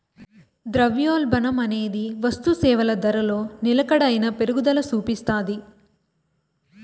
ద్రవ్యోల్బణమనేది వస్తుసేవల ధరలో నిలకడైన పెరుగుదల సూపిస్తాది